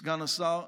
סגן השר,